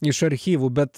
iš archyvų bet